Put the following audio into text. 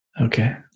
Okay